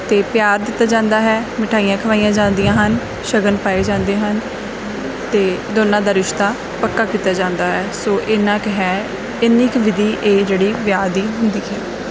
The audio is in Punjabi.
ਅਤੇ ਪਿਆਰ ਦਿੱਤਾ ਜਾਂਦਾ ਹੈ ਮਿਠਾਈਆਂ ਖਵਾਈਆਂ ਜਾਂਦੀਆਂ ਹਨ ਸ਼ਗਨ ਪਾਏ ਜਾਂਦੇ ਹਨ ਅਤੇ ਦੋਨਾਂ ਦਾ ਰਿਸ਼ਤਾ ਪੱਕਾ ਕੀਤਾ ਜਾਂਦਾ ਹੈ ਸੋ ਇੰਨਾ ਕੁ ਹੈ ਇੰਨੀ ਕੁ ਵਿਧੀ ਇਹ ਜਿਹੜੀ ਵਿਆਹ ਦੀ ਹੁੰਦੀ ਹੈ